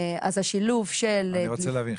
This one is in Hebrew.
אז השילוב של --- אני רוצה להבין.